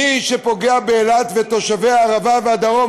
מי שפוגע באילת ובתושבי הערבה והדרום,